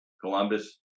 Columbus